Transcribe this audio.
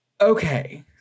Okay